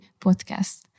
podcast